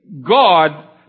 God